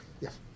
Yes